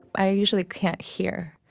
i usually can't hear.